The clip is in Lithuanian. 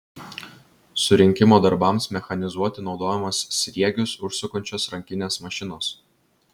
surinkimo darbams mechanizuoti naudojamos sriegius užsukančios rankinės mašinos